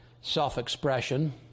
self-expression